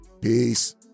Peace